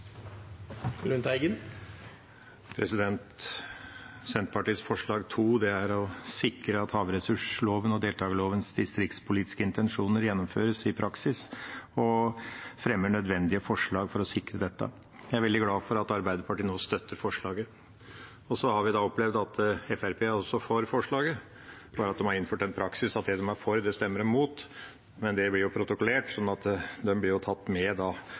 sikre at havressurslovens og deltakerlovens distriktspolitiske intensjoner gjennomføres i praksis, og fremme nødvendige forslag for å sikre dette. Jeg er veldig glad for at Arbeiderpartiet nå støtter forslaget. Vi har opplevd at Fremskrittspartiet også er for forslaget, bare at de har innført den praksis at det de er for, stemmer de mot. Men det blir jo protokollert, så de blir tatt med blant dem som er for forslaget. Så da